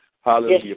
hallelujah